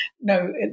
no